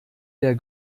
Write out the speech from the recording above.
der